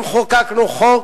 אם חוקקנו חוק,